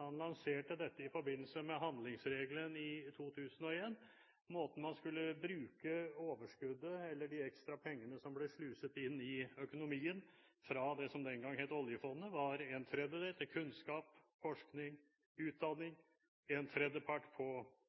Han lanserte dette i forbindelse med handlingsregelen i 2001. Dette dreier seg om måten man skulle bruke overskuddet – de ekstra pengene som ble sluset inn i økonomien – fra det som den gang het oljefondet. En tredjedel skulle brukes til kunnskap, forskning og utdanning, en tredjedel til infrastruktur, som på